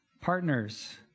Partners